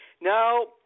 now